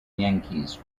yankees